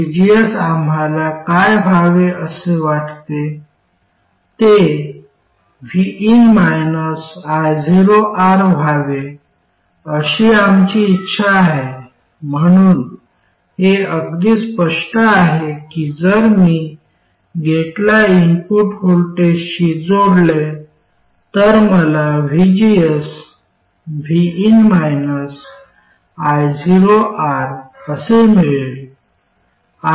vgs आम्हाला काय व्हावे असे वाटते ते vin ioR व्हावे अशी आमची इच्छा आहे म्हणून हे अगदी स्पष्ट आहे की जर मी गेटला इनपुट व्होल्टेजशी जोडले तर मला vgs vin ioR असे मिळेल